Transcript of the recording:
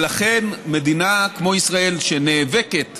ולכן מדינה כמו ישראל, שנאבקת